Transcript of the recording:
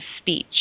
speech